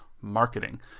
marketing